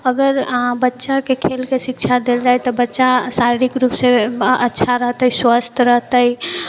अगर अहाँ बच्चाके खेलके शिक्षा देलऽ जाइ तऽ बच्चा शारीरिक रूपसँ अच्छा रहतै स्वस्थ रहतै